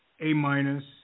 A-minus